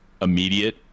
immediate